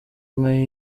nka